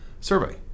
survey